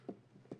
מהמשטרה